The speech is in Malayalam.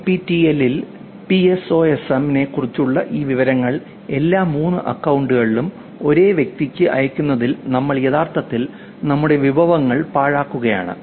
N P T E L ൽ പിഎസ്ഒഎസ്എം നെക്കുറിച്ചുള്ള ഈ വിവരങ്ങൾ എല്ലാ 3 അക്കൌണ്ടുകളിലും ഒരേ വ്യക്തിക്ക് അയയ്ക്കുന്നതിൽ നമ്മൾ യഥാർത്ഥത്തിൽ നമ്മുടെ വിഭവങ്ങൾ പാഴാക്കുകയാണ്